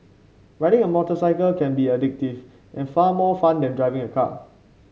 riding a motorcycle can be addictive and far more fun than driving a car